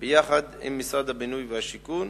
יחד עם משרד הבינוי והשיכון.